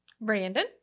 Brandon